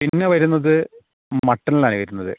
പിന്നെ വരുന്നത് മട്ടണിലാണ് വരുന്നത്